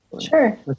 Sure